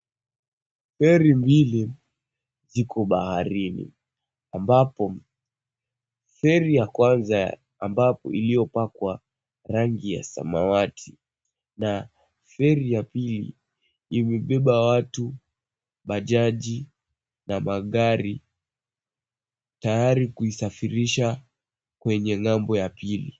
Feri mbili ziko baharini ambapo feri ya kwanza ambapo iliopakwa rangi ya samawati na feri ya pili imebeba watu, bajaji na magari tayari kuisafirisha kwenye ng'ambo ya pili.